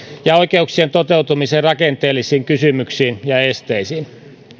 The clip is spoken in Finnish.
ja oikeuksien toteutumisen rakenteellisiin kysymyksiin ja esteisiin